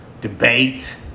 debate